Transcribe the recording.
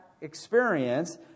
experience